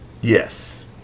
Yes